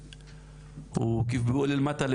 ואיך אומר הפתגם,